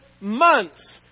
months